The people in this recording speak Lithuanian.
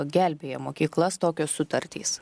gelbėja mokyklas tokios sutartys